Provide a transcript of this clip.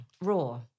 Raw